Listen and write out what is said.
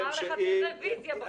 הוא אמר לך שצריך רביזיה בחוק.